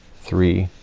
three,